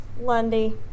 Lundy